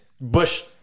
Bush